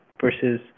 versus